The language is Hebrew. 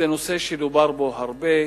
זה נושא שדובר בו הרבה.